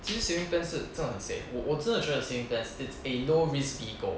其实 saving plan 是真的很 safe 我真的觉得 saving plans is a no risk vehicle